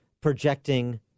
projecting